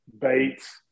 Bates